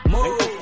Move